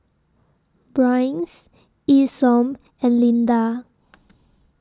Bryce Isom and Lynda